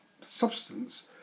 substance